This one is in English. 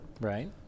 Right